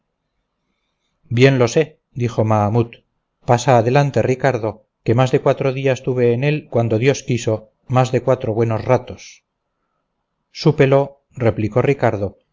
bien lo sé dijo mahamut pasa adelante ricardo que más de cuatro días tuve en él cuando dios quiso más de cuatro buenos ratos súpelo replicó ricardo